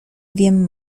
wiem